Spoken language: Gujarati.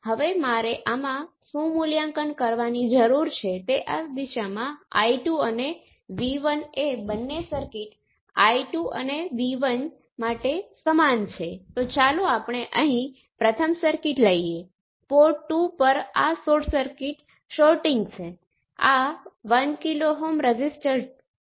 હવે પેરામીટર 1 2 1 2 1 વચ્ચેનો આ સંબંધ શું તે એક સંયોગ છે કે તે નેટવર્કની કેટલીક વિશેષ પોર્પર્ટિ છે અથવા ખાતરી કરવા માટે આપણે એવા નેટવર્ક્સ પણ જોયા છે કે જેના માટે મેં હમણાં જ ઉલ્લેખ કર્યો છે તે પોર્પર્ટિ સાચી નથી